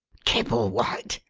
kibblewhite!